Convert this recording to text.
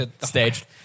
staged